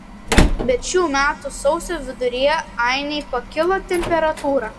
bet šių metų sausio viduryje ainei pakilo temperatūra